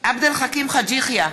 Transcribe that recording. עבד אל חכים חאג' יחיא,